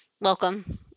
welcome